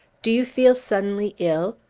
do you feel suddenly ill?